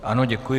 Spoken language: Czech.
Ano, děkuji.